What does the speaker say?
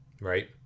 Right